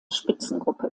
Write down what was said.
spitzengruppe